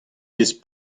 bez